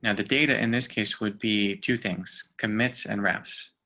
and the data in this case would be two things commits and graphs.